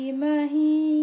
mahi